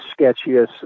sketchiest